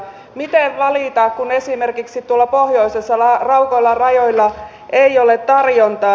miten valita kun esimerkiksi tuolla pohjoisessa raukoilla rajoilla ei ole tarjontaa